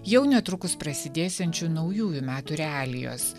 jau netrukus prasidėsiančių naujųjų metų realijos